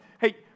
Hey